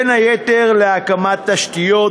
בין היתר להקמת תשתיות,